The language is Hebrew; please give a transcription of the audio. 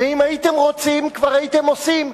ואם הייתם רוצים, כבר הייתם עושים.